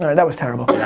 that was terrible.